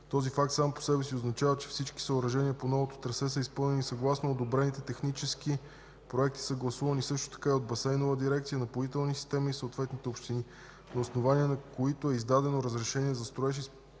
Този факт сам по себе си означава, че всички съоръжения по новото трасе са изпълнени съгласно одобрените технически проекти, съгласувани също така и от Басейнова дирекция, „Напоителни системи” и съответните общини, на основание на които е издадено разрешение за строеж,